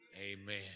amen